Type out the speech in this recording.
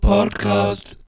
Podcast